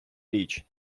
річ